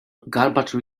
garbage